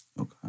Okay